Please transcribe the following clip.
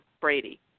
Brady